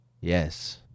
yes